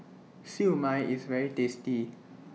Siew Mai IS very tasty